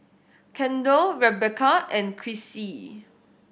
Kendal Rebecca and Crissie